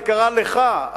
זה קרה לך,